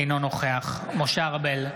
אינו נוכח משה ארבל,